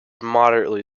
moderately